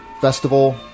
Festival